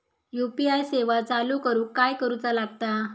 UPI सेवा चालू करूक काय करूचा लागता?